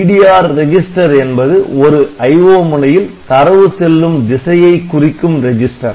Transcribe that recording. DDR register என்பது ஒரு IO முனையில் தரவு செல்லும் திசையை குறிக்கும் ரெஜிஸ்டர்